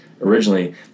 originally